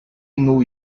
new